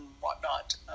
whatnot